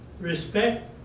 respect